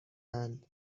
اند